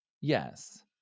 Yes